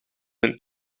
een